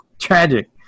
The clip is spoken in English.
tragic